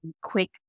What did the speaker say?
quick